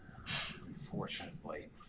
unfortunately